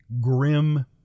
grim